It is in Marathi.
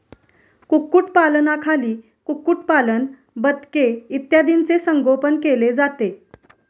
कुक्कुटपालनाखाली कुक्कुटपालन, बदके इत्यादींचे संगोपन केले जाते